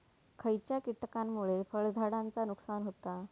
खयच्या किटकांमुळे फळझाडांचा नुकसान होता?